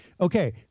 okay